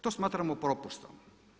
To smatramo propustom.